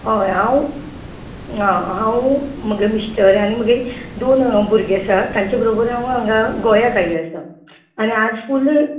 हय हांव हांव म्हगेलो मिस्टर आनी म्हगे दोन भुरगी आसा तांचे बरोबर हांव हागां गोयाक आयिल आसा आनी आज फुल